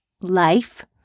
Life